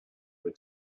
were